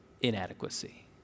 inadequacy